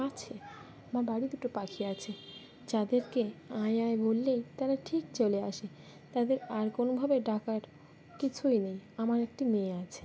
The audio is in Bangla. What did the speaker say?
আছে বা বাড়ির দুটো পাখি আছে যাদেরকে আয় আয় বললেই তারা ঠিক চলে আসে তাদের আর কোনোভাবে ডাকার কিছুই নেই আমার একটি মেয়ে আছে